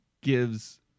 gives